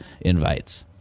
invites